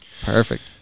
perfect